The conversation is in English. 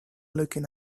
looking